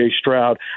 Stroud